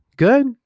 Good